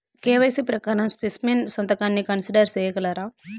KYC ప్రకారం specimen సంతకాన్ని consider సేయగలరా?